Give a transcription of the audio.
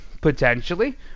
Potentially